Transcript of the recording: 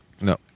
No